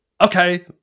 okay